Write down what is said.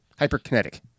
Hyperkinetic